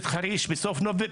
למה לא מיניתם?